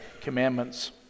commandments